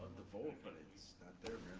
the vote, but it's not there.